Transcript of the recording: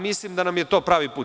Mislim da nam je to pravi put.